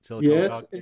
Yes